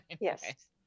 Yes